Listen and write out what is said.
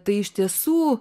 tai iš tiesų